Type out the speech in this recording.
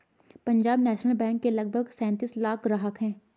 Punjab National Bank के लगभग सैंतीस लाख ग्राहक हैं